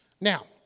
Now